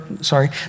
sorry